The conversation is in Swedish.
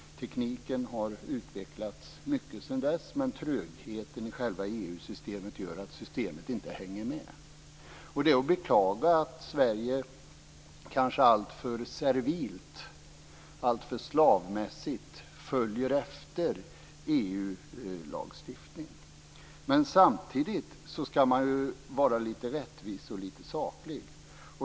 Tekniken har utvecklats mycket sedan dess, men trögheten i själva EU-systemet gör att systemet inte hänger med. Det är att beklaga att Sverige kanske alltför servilt, alltför slavmässigt, följer EU-lagstiftningen. Samtidigt skall man vara lite rättvis och lite saklig.